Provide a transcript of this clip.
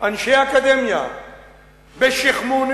אנשי האקדמיה בשיח'-מוניס,